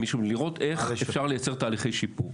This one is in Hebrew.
אלא לראות איך אפשר לייצר תהליכי שיפור.